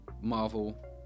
Marvel